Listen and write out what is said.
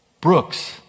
Brooks